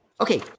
Okay